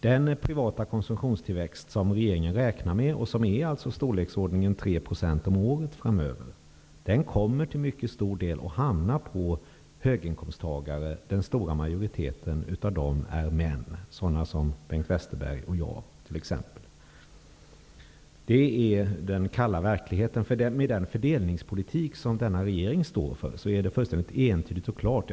Den privata konsumtionstillväxt som regeringen räknar med -- i storleksordningen 3 % om året -- kommer till mycket stor del att hamna på höginkomsttagare, och den stora majoriteten av dem är män, t.ex. sådana som Bengt Westerberg och jag. Det är den kalla verklighet som blir följden av den fördelningspolitik som denna regering står för. Det är fullständigt entydigt och klart.